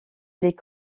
les